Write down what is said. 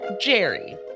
Jerry